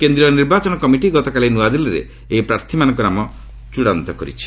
କେନ୍ଦ୍ରୀୟ ନିର୍ବାଚନ କମିଟି ଗତକାଲି ନ୍ତଆଦିଲ୍ଲୀରେ ଏହି ପ୍ରାର୍ଥୀମାନଙ୍କ ନାମ ଚୃଡ଼ାନ୍ତ କରିଛି